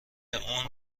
اون